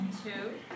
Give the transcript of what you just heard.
Two